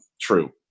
true